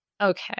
Okay